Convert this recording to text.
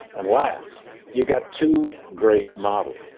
and last you got two great models,